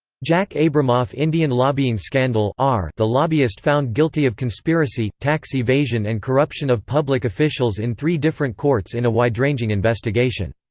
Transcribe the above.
jack abramoff indian lobbying scandal the lobbyist found guilty of conspiracy, tax evasion and corruption of public officials in three different courts in a wide-ranging investigation.